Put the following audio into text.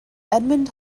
edmund